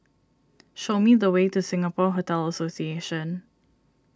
show me the way to Singapore Hotel Association